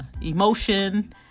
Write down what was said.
emotion